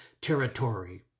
territory